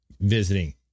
Visiting